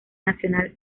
nacional